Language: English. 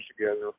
together